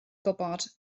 gwybod